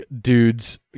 dude's